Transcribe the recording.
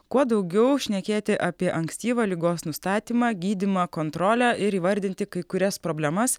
kuo daugiau šnekėti apie ankstyvą ligos nustatymą gydymą kontrolę ir įvardinti kai kurias problemas